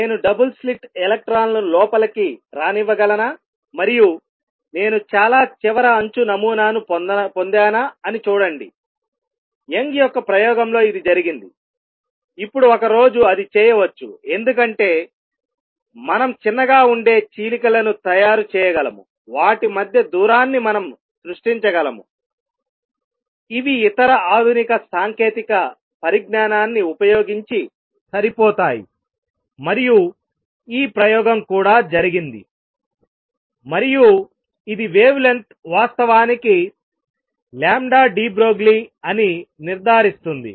నేను double slit ఎలక్ట్రాన్లు లోపలికి రానివ్వగలనా మరియు నేను చాలా చివర అంచు నమూనాను పొందానా అని చూడండి యంగ్ యొక్క ప్రయోగంలో ఇది జరిగిందిఇప్పుడు ఒక రోజు అది చేయవచ్చు ఎందుకంటే మనం చిన్నగా ఉండే చీలికలను తయారు చేయగలము వాటి మధ్య దూరాన్ని మనం సృష్టించగలము ఇవి ఇతర ఆధునిక సాంకేతిక పరిజ్ఞానాన్ని ఉపయోగించి సరిపోతాయి మరియు ఈ ప్రయోగం కూడా జరిగింది మరియు ఇది వేవ్ లెంగ్త్ వాస్తవానికి deBroglie అని నిర్ధారిస్తుంది